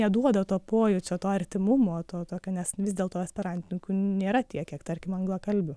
neduoda to pojūčio to artimumo to tokio nes vis dėlto esperantininkų nėra tiek kiek tarkim anglakalbių